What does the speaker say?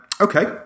Okay